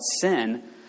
sin